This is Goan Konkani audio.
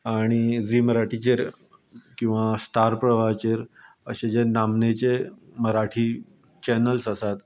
आनी झी मराठीचेर किंवां स्टार प्रवाहाचेर अशें जे नामनेचे मराठी चॅनल्स आसात